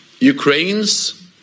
Ukraine's